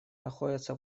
находятся